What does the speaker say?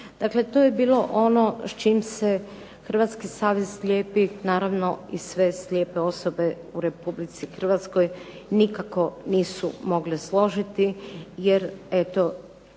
Dakle, to je bilo ono s čim se Hrvatski savez slijepih, naravno i sve slijepe osobe u Republici Hrvatskoj nikako nisu mogle složiti jer eto